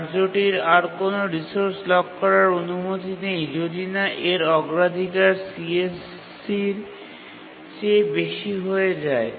কার্যটির আর কোনও resource lock করার অনুমতি নেই যদি না এর অগ্রাধিকার CSC এর চেয়ে বেশি হয়ে যায়